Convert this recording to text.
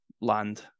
land